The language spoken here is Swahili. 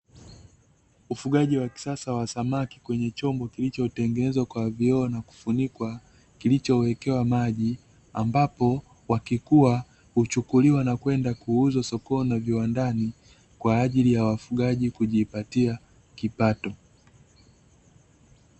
Ufugaji wa kisasa wa samaki kwenye chombo kilichotengenezwa kwa vioo na kufunikwa, kilichowekewa maji, ambapo wakikua huchukuliwa na kwenda kuuzwa sokoni na viwandani, kwa ajili ya wafugaji kujipatia kipato.